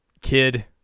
kid